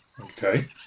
Okay